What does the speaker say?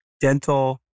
dental